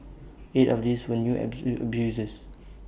eight of these when you as A new abusers